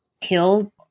killed